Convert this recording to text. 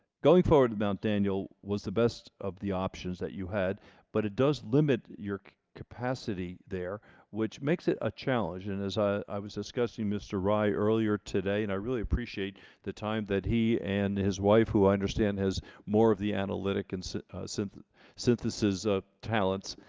going forward mount daniel was the best of the options that you had but it does limit your capacity there which makes it a challenge and as i i was discussing mr. rei earlier today and i really appreciate the time that he and his wife who i understand has more of the analytic and since synthesis of talents